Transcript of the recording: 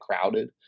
crowded